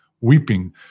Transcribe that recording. weeping